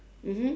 mmhmm